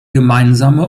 gemeinsame